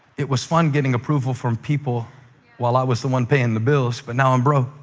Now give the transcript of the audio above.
it was fun getting approval from people while i was the one paying the bills, but now i'm broke,